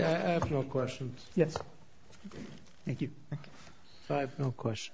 you no questions yes thank you no question